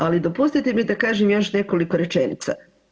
Ali dopustite mi da kažem još nekoliko rečenica.